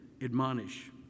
admonish